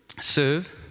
serve